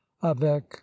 avec